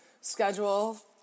schedule